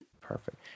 perfect